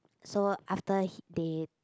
so after he they